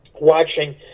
watching